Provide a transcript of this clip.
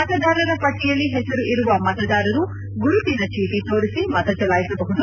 ಮತದಾರರ ಪಟ್ಟಯಲ್ಲಿ ಹೆಸರು ಇರುವ ಮತದಾರರು ಗುರುತಿನ ಚೀಟ ತೋರಿಸಿ ಮತ ಚಲಾಯಿಸಬಹುದು